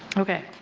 okay.